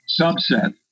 subset